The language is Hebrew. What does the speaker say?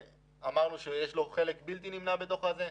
שאמרנו שיש לו חלק בלתי נמנע בתוך האירוע.